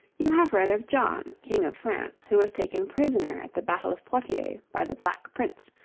you have read of john, king of france, who was taken prisoner at the battle of poitiers by the black prince,